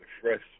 fresh